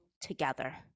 together